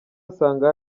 asanga